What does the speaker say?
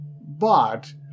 But